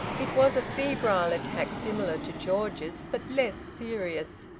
it was a febrile attack similar to george's, but less serious.